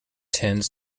tends